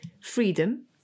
Freedom